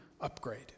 upgrade